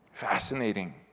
Fascinating